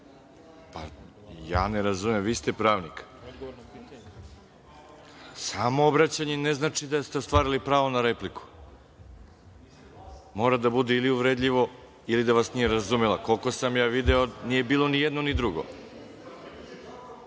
obraćala.)Ne razumem, vi ste pravnik. Samo obraćanje ne znači da ste ostvarili pravo na repliku. Mora da bude ili uvredljivo ili da vas nije razumela. Koliko sam ja video, nije bilo ni jedno ni drugo. Možete